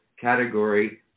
category